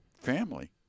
family